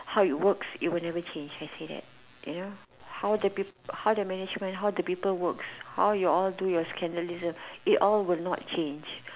how it works it will never change I said that you know how the people how the management how the people works how you all do your scandalism it all will not change